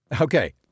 Okay